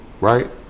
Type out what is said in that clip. right